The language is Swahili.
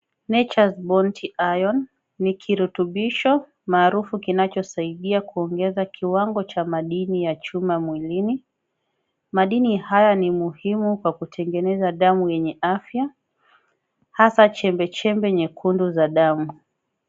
Nature's Bounty Iron ni kirotubisho, maarufu kinachosaidia kuongeza kiwango cha madini ya chuma mwilini. Madini haya ni muhimu kwa kutengeneza damu yenye afya, hasa chembechembe nyekundu za damu.